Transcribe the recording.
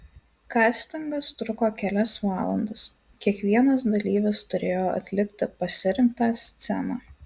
kastingas truko kelias valandas kiekvienas dalyvis turėjo atlikti pasirinktą sceną